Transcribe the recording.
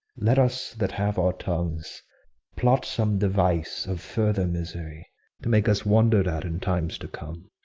let us that have our tongues plot some device of further misery to make us wonder'd at in time to come.